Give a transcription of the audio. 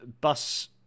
Bus